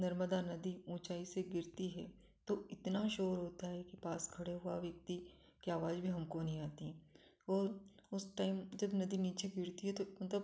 नर्मदा नदी ऊँचाई से गिरती है तो इतना शोर होता है कि पास खड़े हुआ व्यक्ति की आवाज़ भी हमको नहीं और उस टाइम जब नदी नीचे गिरती है तो मतलब